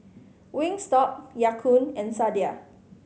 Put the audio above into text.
Wingstop Ya Kun and Sadia